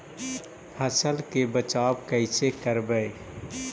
फसल के बचाब कैसे करबय?